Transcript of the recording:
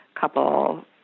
couple